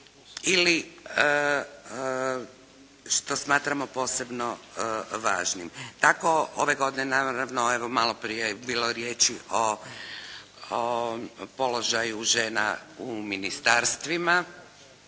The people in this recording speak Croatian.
ili što smatramo posebno važnim. Tako ove godine naravno evo malo prije je bilo riječi o položaju žena u ministarstvima,